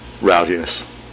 rowdiness